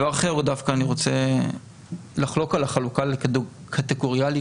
אני רוצה לחלוק על החלוקה לקטגוריאלית